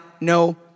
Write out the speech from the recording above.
no